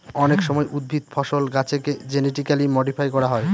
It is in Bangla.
অনেক সময় উদ্ভিদ, ফসল, গাছেকে জেনেটিক্যালি মডিফাই করা হয়